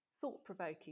Thought-provoking